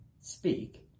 speak